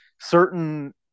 certain